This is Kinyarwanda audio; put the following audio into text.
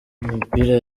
mipira